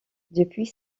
depuis